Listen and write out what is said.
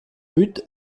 but